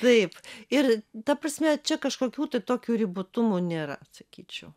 taip ir ta prasme čia kažkokių tai tokių ribotumų nėra sakyčiau